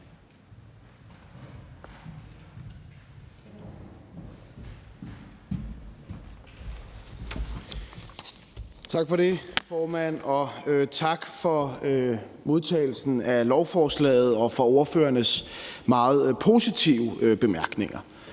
Tak for det, formand, og tak for modtagelsen af lovforslaget og for ordførernes meget positive bemærkninger.